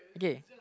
okay